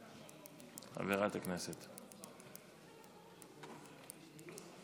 שלוש